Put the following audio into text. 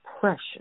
Pressure